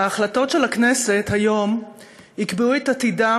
ההחלטות של הכנסת היום יקבעו את עתידם